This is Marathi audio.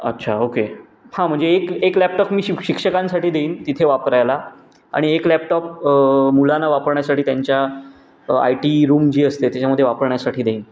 अच्छा ओके हां म्हणजे एक एक लॅपटॉप मी शिक शिक्षकांसाठी देईन तिथे वापरायला आणि एक लॅपटॉप मुलांना वापरण्यासाठी त्यांच्या आय टी रूम जी असते त्याच्यामध्ये वापरण्यासाठी देईन